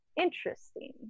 interesting